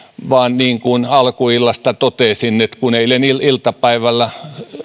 vaan niin kuin alkuillasta totesin että kun eilen iltapäivällä